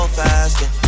faster